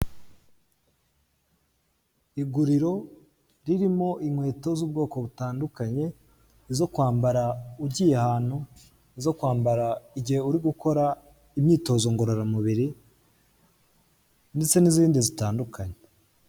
Iguriro ririmo inkweto z'ubwoko butandukanye zo kwambara ugiye ahantu zo kwambara igihe uri gukora imyitozo ngororamubiri ndetse n'izindi zitandukanye.